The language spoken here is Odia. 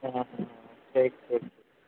ହଁ ହଁ ଠିକ୍ ଠିକ୍